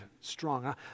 strong